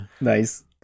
Nice